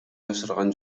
жашырган